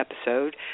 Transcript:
episode